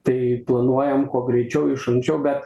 tai planuojam kuo greičiau iš anksčiau bet